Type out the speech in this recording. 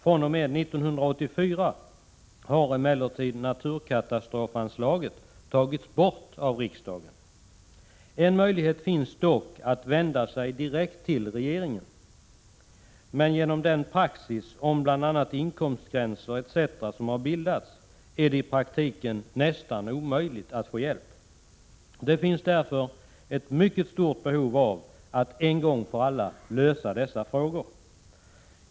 fr.o.m. 1984 har emellertid riksdagen tagit bort det anslaget. Det finns dock en möjlighet, nämligen att vända sig direkt till regeringen, men genom den praxis som har utbildats bl.a. när det gäller inkomstgränser är det i praktiken nästan omöjligt att få hjälp. Det finns därför ett mycket stort behov av att en gång för alla lösa dessa problem.